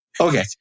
Okay